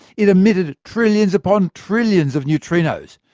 it emitted ah trillions upon trillions of neutrinos.